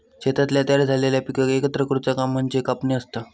शेतातल्या तयार झालेल्या पिकाक एकत्र करुचा काम म्हणजे कापणी असता